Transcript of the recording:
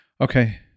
Okay